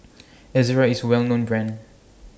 Ezerra IS Well known Brand